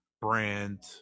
brand